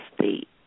state